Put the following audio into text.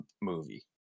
movie